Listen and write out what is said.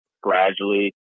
gradually